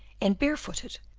and bare-footed,